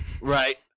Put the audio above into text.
Right